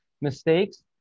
mistakes